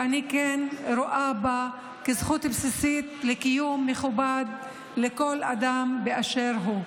ואני כן רואה בה זכות בסיסית לקיום מכובד לכל אדם באשר הוא.